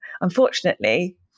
unfortunately